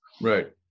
Right